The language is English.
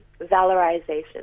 valorization